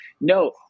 No